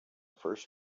first